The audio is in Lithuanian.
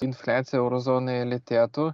infliacija eurozonoje lėtėtų